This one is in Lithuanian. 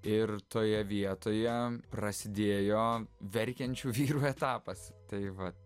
ir toje vietoje prasidėjo verkiančių vyrų etapas tai vat